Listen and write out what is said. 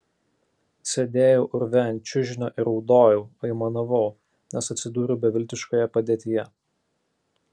sėdėjau urve ant čiužinio ir raudojau aimanavau nes atsidūriau beviltiškoje padėtyje